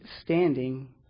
standing